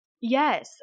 Yes